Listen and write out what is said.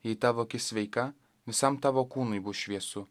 jei tavo akis sveika visam tavo kūnui bus šviesu